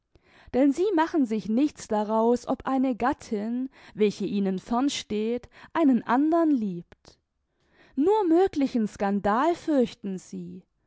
denn sie machen sich nichts daraus ob eine gattin welche ihnen fernsteht einen andern liebt nur möglichen skandal fürchten sie